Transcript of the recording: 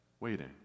waiting